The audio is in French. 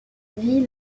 vie